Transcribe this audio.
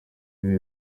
ibi